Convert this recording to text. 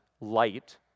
light